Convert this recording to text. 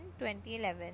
2011